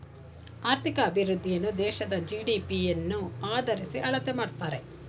ಆರ್ಥಿಕ ಅಭಿವೃದ್ಧಿಯನ್ನು ದೇಶದ ಜಿ.ಡಿ.ಪಿ ಯನ್ನು ಆದರಿಸಿ ಅಳತೆ ಮಾಡುತ್ತಾರೆ